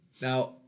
Now